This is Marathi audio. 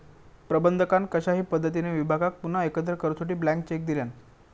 प्रबंधकान कशाही पद्धतीने विभागाक पुन्हा एकत्र करूसाठी ब्लँक चेक दिल्यान